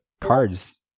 cards